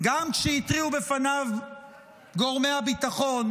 גם כשהתריעו לפניו גורמי הביטחון,